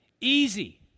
Easy